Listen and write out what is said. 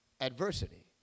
adversity